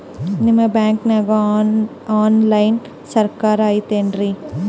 ನಿಮ್ಮ ಬ್ಯಾಂಕನಾಗ online ಸೌಕರ್ಯ ಐತೇನ್ರಿ?